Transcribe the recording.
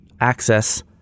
access